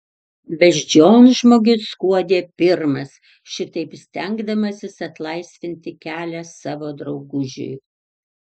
beždžionžmogis skuodė pirmas šitaip stengdamasis atlaisvinti kelią savo draugužiui